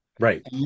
Right